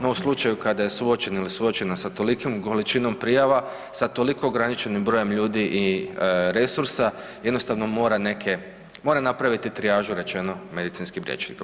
No, u slučaju kada je suočen ili suočena sa tolikom količinom prijava, sa toliko ograničenim brojem ljudi i resursa jednostavno mora neke, mora napraviti trijažu rečeno medicinskim rječnikom.